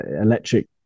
electric